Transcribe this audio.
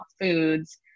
foods